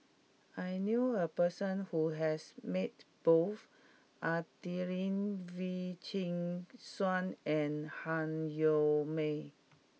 I knew a person who has met both Adelene Wee Chin Suan and Han Yong May